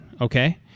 okay